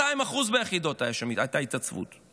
200% הייתה ההתייצבות ביחידות.